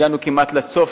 הגענו כמעט לסוף.